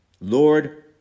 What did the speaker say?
Lord